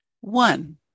One